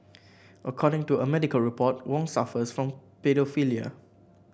according to a medical report Wong suffers from paedophilia